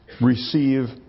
receive